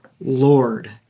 Lord